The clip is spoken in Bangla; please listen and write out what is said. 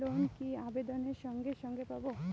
লোন কি আবেদনের সঙ্গে সঙ্গে পাব?